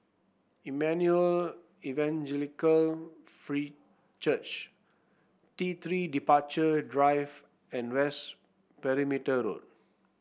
Emmanuel Evangelical Free Church T Three Departure Drive and West Perimeter Road